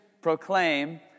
proclaim